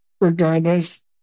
Regardless